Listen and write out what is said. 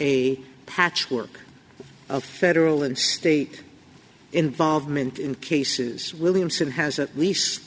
a patchwork of federal and state involvement in cases williamson has at least